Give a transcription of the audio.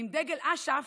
ועם דגל אש"ף,